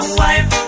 wife